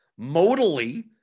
Modally